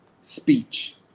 speech